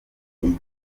igihe